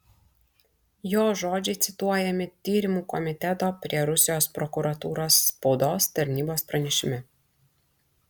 jo žodžiai cituojami tyrimų komiteto prie rusijos prokuratūros spaudos tarnybos pranešime